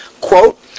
Quote